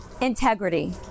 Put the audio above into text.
Integrity